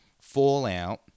Fallout